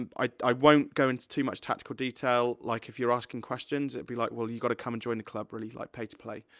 i won't go into too much tactical detail, like, if you're asking questions, it'll be like, well, you gotta come and join the club, really, like pay-to-play.